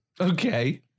Okay